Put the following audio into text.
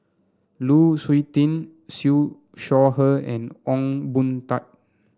Lu Suitin Siew Shaw Her and Ong Boon Tat